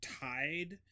tied